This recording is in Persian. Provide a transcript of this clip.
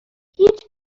هیچ